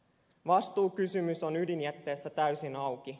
vastuukysymys on ydinjätteessä täysin auki